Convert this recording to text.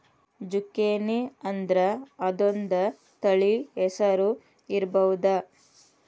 ಜುಕೇನಿಅಂದ್ರ ಅದೊಂದ ತಳಿ ಹೆಸರು ಇರ್ಬಹುದ